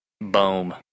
boom